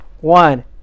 One